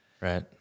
Right